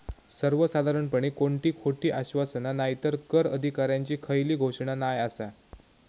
सर्वसाधारणपणे कोणती खोटी आश्वासना नायतर कर अधिकाऱ्यांची खयली घोषणा नाय आसा